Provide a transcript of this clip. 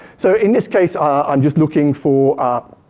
so in this case, ah i'm just looking for a.